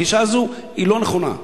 הגישה הזאת היא לא נכונה.